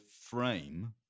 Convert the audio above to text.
frame